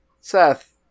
Seth